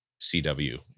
CW